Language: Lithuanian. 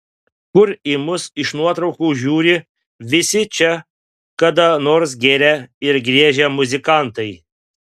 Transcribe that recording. kur į mus iš nuotraukų žiūri visi čia kada nors gėrę ir griežę muzikantai